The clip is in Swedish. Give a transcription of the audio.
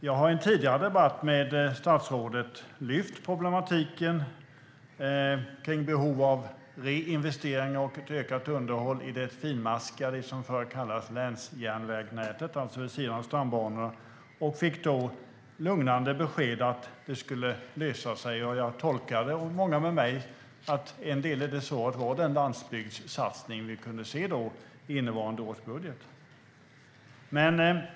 Jag har i en tidigare debatt med statsrådet lyft upp problematiken kring behovet av reinvesteringar och ett ökat underhåll i det finmaskiga länsjärnvägsnätet, som det förr kallades, som går vid sidan av stambanorna. Då fick jag lugnande besked att det skulle lösa sig. Jag och många med mig tolkade det svaret som att en del av lösningen var den landsbygdssatsning som vi kunde se i innevarande års budget.